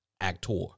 actor